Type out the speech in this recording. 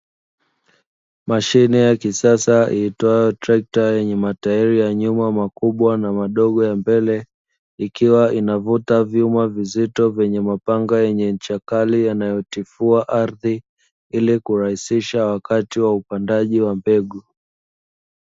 Mashine ya kisasa iitwayo trekta yenye matairi ya nyuma makubwa na madogo ya mbele ikiwa inavuta vyuma vizito vyenye mapanga yenye ncha kali yanayotifua ardhi, ili kurahishisha wakati wa upandaji wa mbegu.